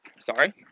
Sorry